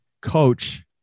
coach